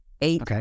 eight